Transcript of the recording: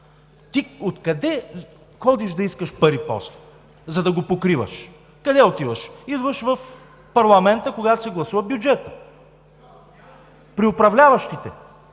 ти откъде ходиш да искаш пари после, за да го покриваш? Къде отиваш? Идваш в парламента, когато се гласува бюджетът, при управляващите,